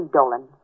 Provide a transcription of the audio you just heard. Dolan